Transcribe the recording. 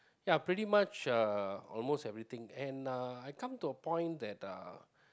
ya pretty much uh almost everything and uh I come to a point that uh